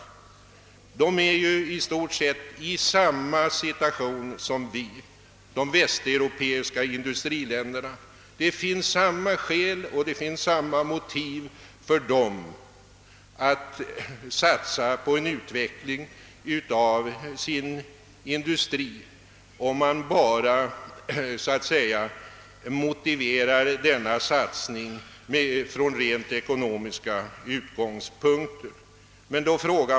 De västeuropeiska industriländerna befinner sig i stort sett i samma situation som vi; de har samma skäl som vi att satsa på en utveckling av sin industri, om man motiverar denna satsning från enbart ekonomiska utgångspunkter.